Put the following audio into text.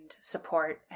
support